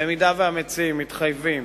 במידה שהמציעים מתחייבים,